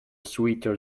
sweeter